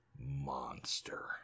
monster